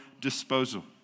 disposal